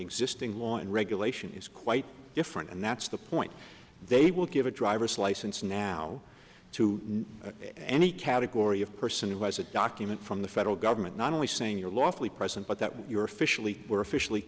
existing law and regulation is quite different and that's the point they will give a driver's license now to any category of person who has a document from the federal government not only saying you're lawfully present but that you're officially were officially